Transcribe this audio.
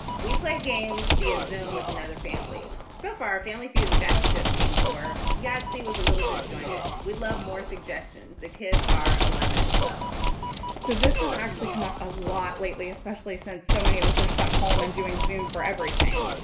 we play games, be a zoome with another family so far. family feud and battleship seem to work. yahtzee was a little disjointed. we'd love more suggestions. the kids are eleven and twelve so this is actually come up a lot lately, especially since so many of us are stuck home and doing zoome for everything.